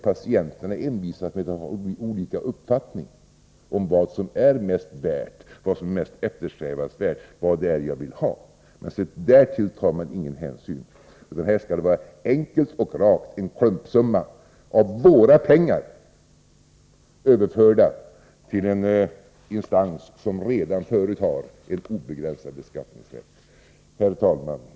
Patienterna envisas ju med att ha olika uppfattning om vad som är mest eftersträvansvärt och vad det är de vill ha. Därtill tar man ingen hänsyn. Här skall det vara enkelt och klart — en klumpsumma av våra pengar överförda till en instans som redan förut har en obegränsad beskattningsrätt. Herr talman!